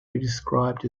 described